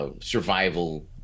Survival